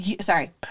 Sorry